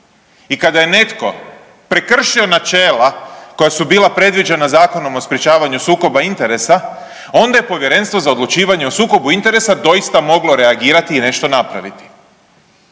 i kada je netko prekršio načela koja su bila predviđena Zakonom o sprečavanju sukoba interesa onda je Povjerenstvo za odlučivanje o sukobu interesa doista moglo reagirati i nešto napraviti